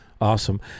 Awesome